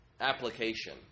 application